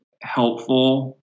helpful